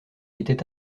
était